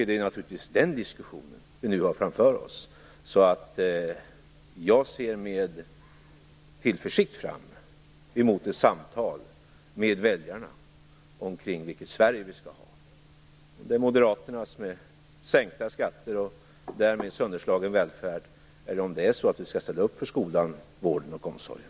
Det är naturligtvis den diskussionen vi har framför oss. Jag ser med tillförsikt fram emot ett samtal med väljarna om vilket Sverige vi skall ha, om det är moderaternas, med sänkta skatter och därmed sönderslagen välfärd, eller om vi skall ställa upp för skolan, vården och omsorgen.